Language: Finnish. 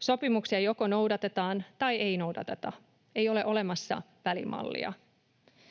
Sopimuksia joko noudatetaan tai ei noudateta. Ei ole olemassa välimallia.